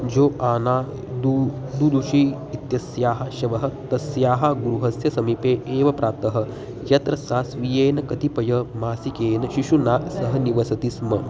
जो आना दु दुदुशी इत्यस्याः शवः तस्याः गृहस्य समीपे एव प्राप्तः यत्र सा स्वीयेन कतिपय मासिकेन शिशुना सह निवसति स्म